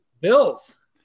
Bills